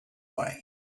way